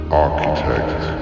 architect